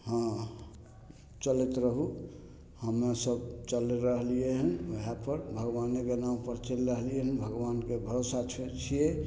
हँ चलैत रहू हमहु सब चलि रहलियै हन वएह पर भगवानेके नामपर चलि रहलियै हन भगवानपर भरोसा छियै